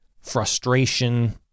Frustration